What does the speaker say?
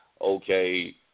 okay